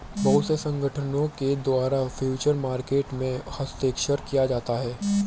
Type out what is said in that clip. बहुत से संगठनों के द्वारा फ्यूचर मार्केट में हस्तक्षेप किया जाता है